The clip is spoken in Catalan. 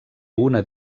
una